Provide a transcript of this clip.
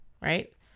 right